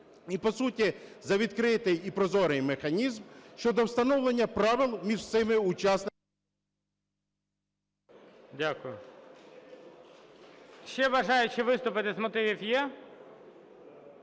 і, по суті, за відкритий і прозорий механізм щодо встановлення правил між всіма учасниками…